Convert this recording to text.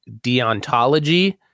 deontology